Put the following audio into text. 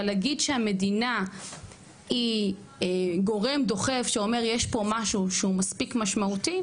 אבל להגיד שהמדינה היא גורם דוחף שאומר יש פה משהו שהוא מספיק משמעותי,